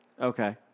Okay